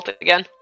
again